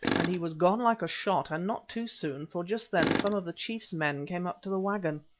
and he was gone like a shot, and not too soon, for just then some of the chief's men came up to the waggon.